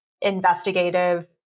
investigative